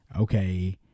okay